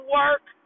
work